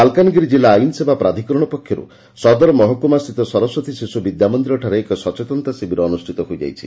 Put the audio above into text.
ମାଲକାନଗିରି ଜିଲ୍ଲା ଆଇନସେବା ପ୍ରାଧ୍କରଣ ପକ୍ଷରୁ ସଦର ମହକୁମାସ୍ଥିତ ସରସ୍ୱତୀ ଶିଶୁ ବିଦ୍ୟାମନ୍ଦିରଠାରେ ଏକ ସଚେତନତା ଶିବିର ଅନୁଷିତ ହୋଇଯାଇଛି